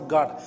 God